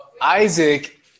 Isaac